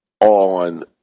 on